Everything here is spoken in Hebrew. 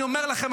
אני אומר לכם,